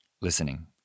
listening